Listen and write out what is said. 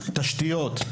תשתיות,